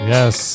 Yes